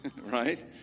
Right